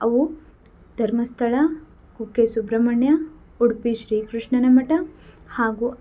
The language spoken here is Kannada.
ಅವು ಧರ್ಮಸ್ಥಳ ಕುಕ್ಕೆ ಸುಬ್ರಹ್ಮಣ್ಯ ಉಡುಪಿ ಶ್ರೀಕೃಷ್ಣನ ಮಠ ಹಾಗೂ